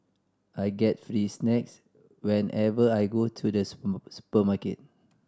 I get free snacks whenever I go to the supermarket